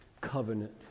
covenant